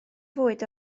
fwyd